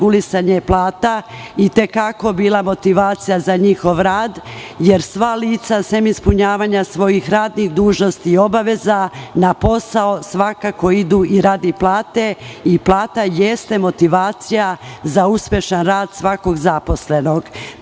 i te kako bila motivacija za njihov rad, jer sva lica, sem ispunjavanja svojih radnih dužnosti i obaveza, na posao svakako idu i radi plate i plata jeste motivacija za uspešan rad svakog zaposlenog.